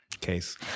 case